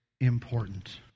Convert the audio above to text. important